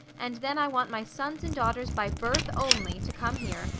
and then i want my sons and daughters by birth only, to come here,